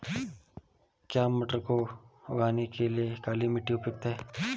क्या मटर को उगाने के लिए काली मिट्टी उपयुक्त है?